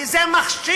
כי זה מכשיר